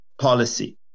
policy